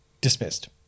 dismissed